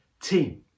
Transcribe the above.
team